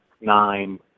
nine